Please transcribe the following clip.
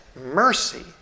mercy